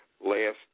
last